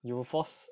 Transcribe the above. you will force